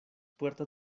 puertas